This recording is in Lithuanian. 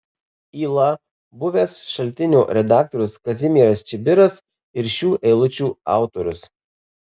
yla buvęs šaltinio redaktorius kazimieras čibiras ir šių eilučių autorius